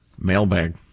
Mailbag